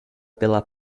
pela